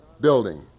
building